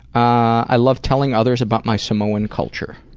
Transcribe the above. i love telling others about my samoan culture.